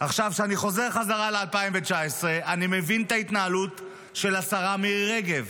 כשאני חוזר בחזרה ל-2019 אני מבין את ההתנהלות של השרה מירי רגב.